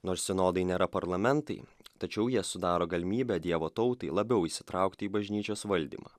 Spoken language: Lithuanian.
nors sinodai nėra parlamentai tačiau jie sudaro galimybę dievo tautai labiau įsitraukti į bažnyčios valdymą